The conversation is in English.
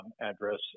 address